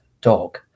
dog